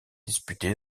disputée